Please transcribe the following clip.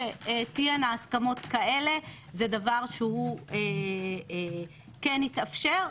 הסכמות כאלה זה דבר שהוא כן התאפשר,